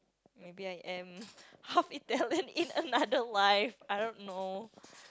maybe I am half Italian in another life I don't know